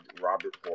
Robert